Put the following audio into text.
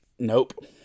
nope